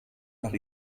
nach